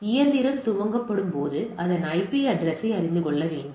எனவே இயந்திரம் துவக்கப்படும்போது அதன் ஐபி அட்ரஸ்யை அறிந்து கொள்ள வேண்டும்